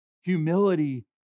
Humility